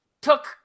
took